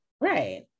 right